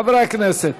חברי הכנסת,